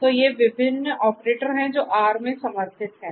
तो ये ये विभिन्न ऑपरेटर हैं जो R में समर्थित हैं